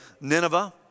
Nineveh